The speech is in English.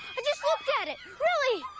i just looked at it, really!